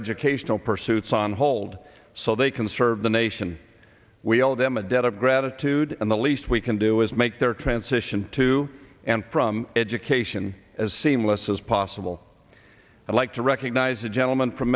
educational pursuits on hold so they can serve the nation we all owe them a debt of gratitude and the least we can do is make their transition to and from education as seamless as possible i'd like to recognize the gentleman from